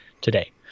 today